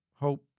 hope